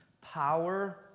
power